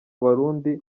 barundi